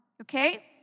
Okay